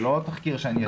זה לא תחקיר שאני עשיתי.